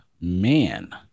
man